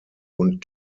und